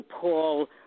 Paul